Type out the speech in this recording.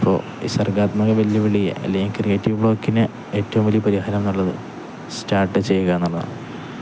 ഇപ്പോള് സർഗാത്മക വെല്ലുവിളി അല്ലെങ്കില് ക്രിയേറ്റീവ് ബ്ലോക്കിനെ ഏറ്റവും വലിയ പരിഹാരമെന്നുള്ളത് സ്റ്റാർട്ട് ചെയ്യുക എന്നുള്ളതാണ്